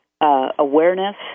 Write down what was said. awareness